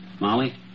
Molly